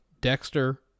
Dexter